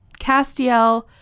Castiel